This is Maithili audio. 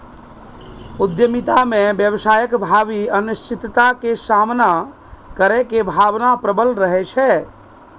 उद्यमिता मे व्यवसायक भावी अनिश्चितता के सामना करै के भावना प्रबल रहै छै